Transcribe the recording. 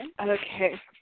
Okay